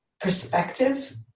perspective